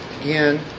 Again